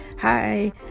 hi